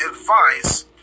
advice